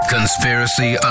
Conspiracy